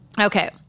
Okay